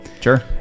Sure